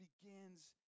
begins